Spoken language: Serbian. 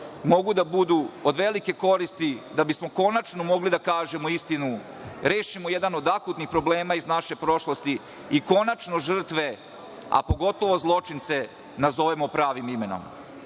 mogu da budu od velike koristi da bismo konačno mogli da kažemo istinu, rešimo jedan od akutnih problema iz naše prošlosti i konačno žrtve, a pogotovo zločince nazovemo pravim